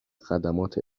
خدمات